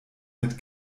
mit